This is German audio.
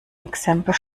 exempel